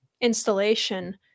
installation